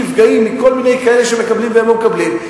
מכל מיני כאלה שמקבלים והם לא מקבלים.